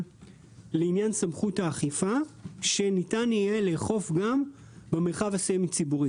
לעניין סמכות האכיפה - שניתן יהיה לאכוף גם במרחב הסמי ציבורי.